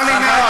צר לי מאוד,